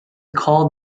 called